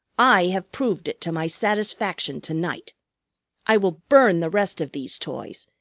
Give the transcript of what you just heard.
i have proved it to my satisfaction to-night. i will burn the rest of these toys,